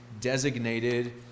designated